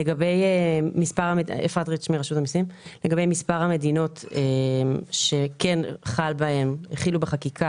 לגבי מספר המדינות שכן החלו בחקיקה